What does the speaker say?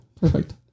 Perfect